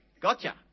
gotcha